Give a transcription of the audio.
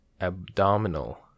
abdominal